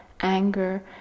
anger